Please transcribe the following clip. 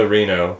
Reno